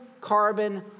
carbon